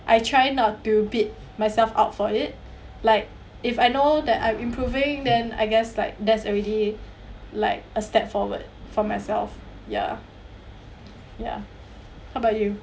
I try not to beat myself up for it like if I know that I'm improving then I guess like that's already like a step forward for myself ya ya how about you